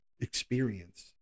experience